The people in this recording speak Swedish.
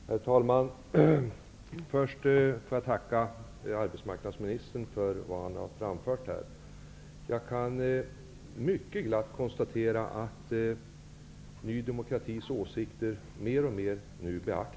Herr talman! Först vill jag tacka arbetsmarknadsministern för det han har framfört. Jag kan mycket glatt konstatera att Ny demokratis åsikter nu beaktas mer och mer.